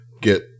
get